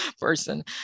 person